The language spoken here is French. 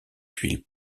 tuiles